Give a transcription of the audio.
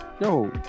yo